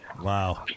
Wow